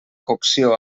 cocció